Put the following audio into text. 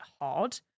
hard